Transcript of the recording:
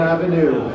Avenue